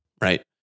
right